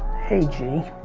hey g.